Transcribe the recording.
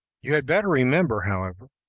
you had better remember, however,